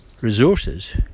resources